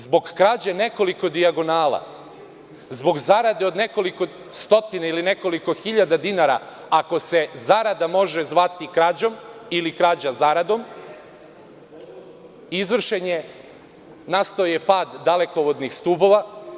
Zbog krađe nekoliko dijagonala, zbog zarade od nekoliko stotina ili nekoliko hiljada dinara, ako se zarada može zvati krađom ili krađa zaradom, nastao je pad dalekovodnih stubova.